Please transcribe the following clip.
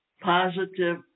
positive